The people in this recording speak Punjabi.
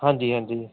ਹਾਂਜੀ ਹਾਂਜੀ